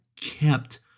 kept